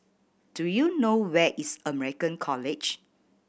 do you know where is American College